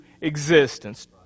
existence